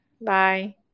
Bye